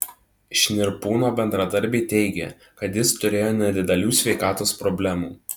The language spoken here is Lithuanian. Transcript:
šnirpūno bendradarbiai teigė kad jis turėjo nedidelių sveikatos problemų